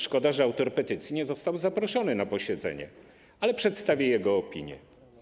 Szkoda, że autor petycji nie został zaproszony na posiedzenie, ale przedstawię jego opinię.